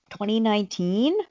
2019